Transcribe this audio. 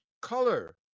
color